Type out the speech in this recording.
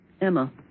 Emma